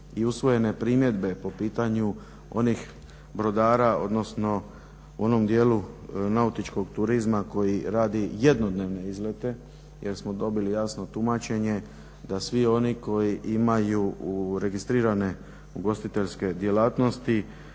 i usvojene primjedbe po pitanju onih brodara odnosno u onom dijelu nautičkog turizma koji radi jednodnevne izlete jer smo dobili jasno tumačenje da svi oni koji imaju registrirane ugostiteljske djelatnosti